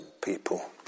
people